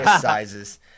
sizes